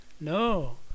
No